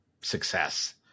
success